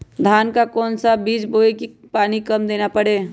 धान का कौन सा बीज बोय की पानी कम देना परे?